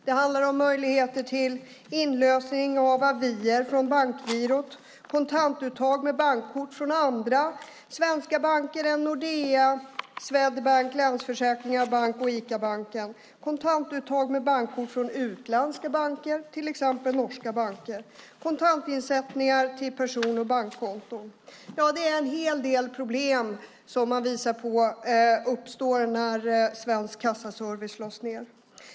Det handlar om möjligheter till inlösning av avier från Bankgirot, kontantuttag med bankkort från andra svenska banker än Nordea, Swedbank, Länsförsäkringar Bank och Ica Banken, kontantuttag med bankkort från utländska banker, till exempel norska banker, och kontantinsättningar till person och bankkonton. Ja, man visar på att det uppstod en hel del problem när Svensk Kassaservice lades ned.